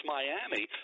Miami